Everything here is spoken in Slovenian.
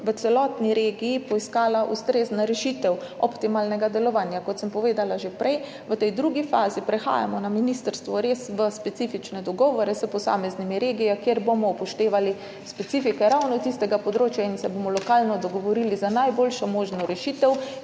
v celotni regiji poiskala ustrezna rešitev za optimalno delovanje. Kot sem povedala že prej, v tej drugi fazi prehajamo na ministrstvu v res specifične dogovore s posameznimi regijami, kjer bomo upoštevali specifike ravno tistega področja in se bomo lokalno dogovorili za najboljšo možno rešitev,